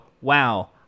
wow